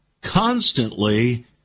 constantly